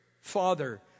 Father